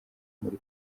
muri